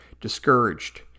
discouraged